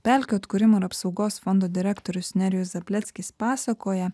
pelkių atkūrimo apsaugos fondo direktorius nerijus zableckis pasakojo